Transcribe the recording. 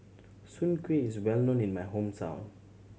Soon Kuih is well known in my hometown